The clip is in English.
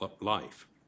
life